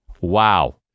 wow